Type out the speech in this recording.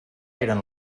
eren